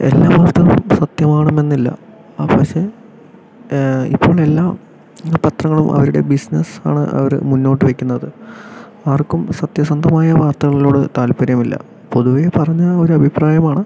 എല്ലാ പത്രവും സത്യമാകണം എന്ന് ഇല്ല ആ പക്ഷെ ഇപ്പോൾ എല്ലാ പത്രങ്ങളും അവരുടെ ബിസിനസ്സാണ് അവർ മുന്നോട്ട് വെയ്ക്കുന്നത് ആർക്കും സത്യസന്ധമായ വാർത്തകളോട് താല്പര്യമില്ല പൊതുവെ പറഞ്ഞ ഒരു അഭിപ്രായമാണ്